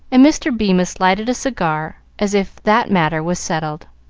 and mr. bemis lighted a cigar, as if that matter was settled.